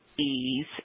ease